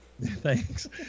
Thanks